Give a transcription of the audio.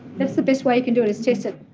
that's the best way you can do it, is test it.